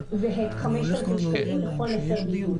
הוא זהה, 5,000 שקלים לכל מפר בידוד.